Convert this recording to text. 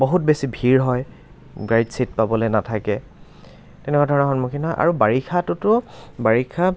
বহুত বেছি ভিৰ হয় গাড়ীত চিট পাবলৈ নাথাকে তেনেকুৱা ধৰণৰ সন্মুখীন হয় আৰু বাৰিষাতোতো বাৰিষাত